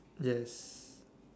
yes